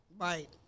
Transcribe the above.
Right